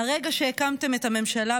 מהרגע שהקמתם את הממשלה,